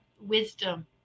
wisdom